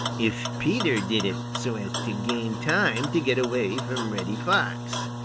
if peter did it so as to gain time to get away from reddy fox.